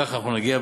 כך אנחנו נגיע,